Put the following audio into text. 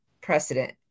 precedent